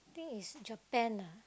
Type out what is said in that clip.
I think it's Japan ah